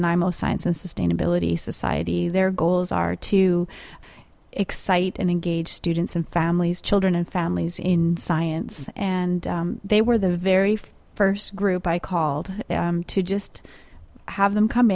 and imo science and sustainability society their goals are to excite and engage students and families children and families in science and they were the very first group i called to just have them come